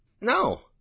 no